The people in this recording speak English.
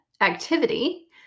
activity